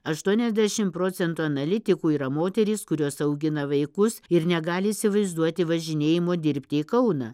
aštuoniasdešimt procentų analitikų yra moterys kurios augina vaikus ir negali įsivaizduoti važinėjimo dirbti į kauną